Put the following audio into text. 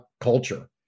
culture